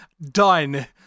done